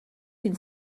can